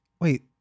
wait